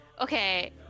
Okay